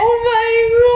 dude